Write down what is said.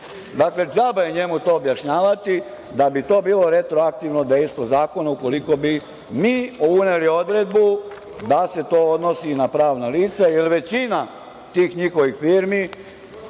Dakle, džaba je njemu to objašnjavati da bi to bilo retroaktivno dejstvo zakona ukoliko bi mi uneli odredbu da se to odnosi na pravna lica, jer većina tih njihovih firmi,